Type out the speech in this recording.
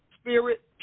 spirit